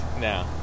now